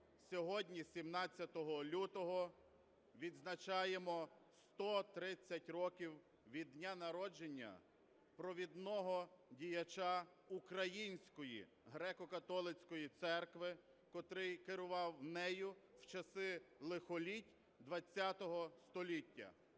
Сьогодні, 17 лютого, відзначаємо 130 років від дня народження провідного діяча Української греко-католицької церкви, котрий керував нею в часи лихоліть ХХ століття.